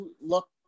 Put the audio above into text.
look